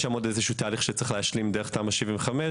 יש שם עוד תהליך שצריך להשלים דרך תמ"א 75,